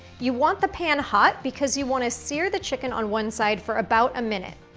you want the pan hot because you wanna sear the chicken on one side for about a minute.